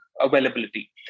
availability